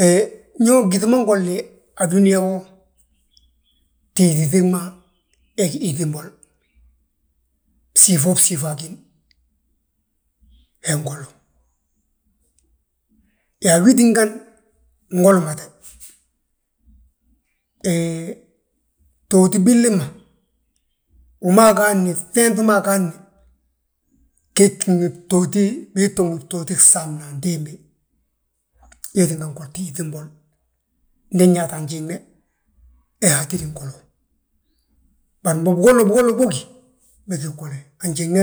He ño gyíŧi ma ngolina a dúniyaa, a dúniyaa wo btíiti ŧiŋ ma, he gí yíŧimbol, síifa siifo agín, he ngolu. Yaa wi tíngani ngolimate, hee btooti billi ma. Wi ma agaadni, ŧenŧi ma agaadni gii to, bii tto ngi btooti gsamna antimbi, wee tínga ngolti yíŧimbol. Ndi nyaata a fnjiŋne, he ha atídi ngolo, bari mbo bigolla bigolla bógi, begi igole. Anjiŋne,